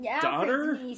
daughter